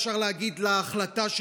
אפשר להגיד להחלטה,